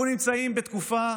אנחנו נמצאים בתקופה,